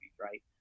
right